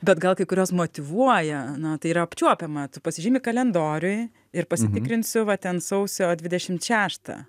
bet gal kai kuriuos motyvuoja na tai yra apčiuopiama tu pasižymi kalendoriuj ir pasitikrinsiu va ten sausio dvidešimt šeštą